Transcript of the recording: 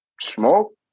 smoke